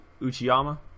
Uchiyama